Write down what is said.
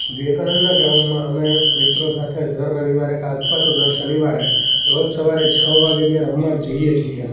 વિવેકાનંદના ગ્રાઉન્ડમાં અમે મિત્રો સાથે દર રવિવારે કાં અથવા તો દર શનિવારે રોજ સવારે છ વાગે ત્યાં રમવા જઈએ છીએ